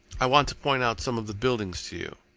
i want to point out some of the buildings to you.